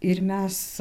ir mes